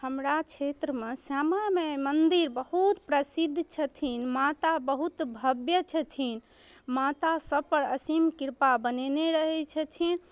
हमरा क्षेत्रमे श्यामा माइ मन्दिर बहुत प्रसिद्ध छथिन माता बहुत भव्य छथिन माता सभपर असीम कृपा बनेने रहै छथिन